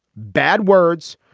bad words.